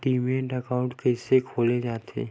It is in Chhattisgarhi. डीमैट अकाउंट कइसे खोले जाथे?